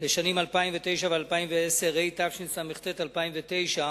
לשנים 2009 ו-2010), התשס"ט- 2009,